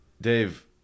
Dave